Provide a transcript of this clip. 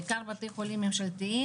בעיקר בתי חולים ממשלתיים,